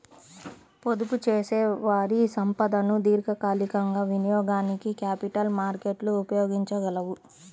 పొదుపుచేసేవారి సంపదను దీర్ఘకాలికంగా వినియోగానికి క్యాపిటల్ మార్కెట్లు ఉపయోగించగలవు